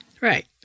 Right